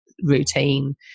routine